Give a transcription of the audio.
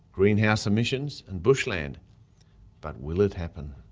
greenhouse emissions and bushland but will it happen?